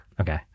Okay